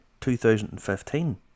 2015